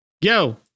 yo